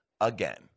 again